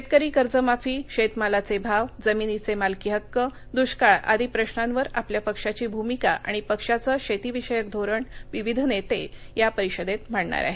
शेतकरी कर्जमाफी शेतमालाचे भाव जमिनीचे मालकी हक्क दुष्काळ आदी प्रश्नांवर आपल्या पक्षाची भूमिका आणि पक्षाचं शेती विषयक धोरण विविध नेते या परिषदेत मांडणार आहेत